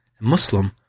Muslim